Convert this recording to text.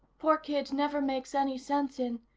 poor kid never makes any sense in.